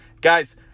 Guys